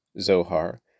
Zohar